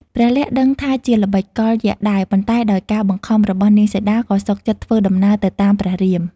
ព្រះលក្សណ៍ដឹងថាជាល្បិចកលយក្សដែរ ប៉ុន្តែដោយការបង្ខំរបស់នាងសីតាក៏សុខចិត្តធ្វើដំណើរទៅតាមព្រះរាម។